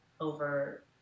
over